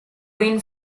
been